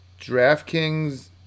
DraftKings